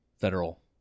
federal